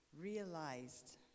realized